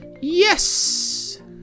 Yes